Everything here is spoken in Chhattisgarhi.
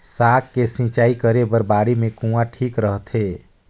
साग के सिंचाई करे बर बाड़ी मे कुआँ ठीक रहथे?